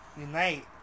Unite